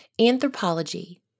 Anthropology